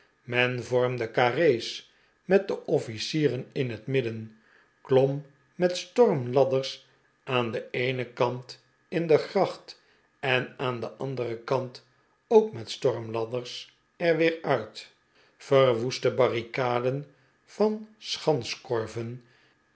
men vormde carre's met de officieren in het midden klom met stormladders aan den eenen kant in de gracht en aan den anderen kant ook met stormladders er weer uit verwoestte barricaden van